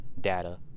data